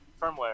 firmware